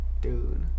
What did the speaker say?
Dude